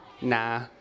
nah